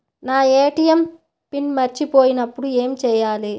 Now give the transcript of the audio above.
నా ATM PIN మరచిపోయినప్పుడు ఏమి చేయాలి?